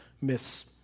miss